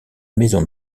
maison